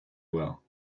well